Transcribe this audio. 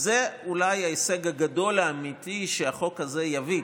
זה אולי ההישג הגדול האמיתי שהחוק הזה יביא,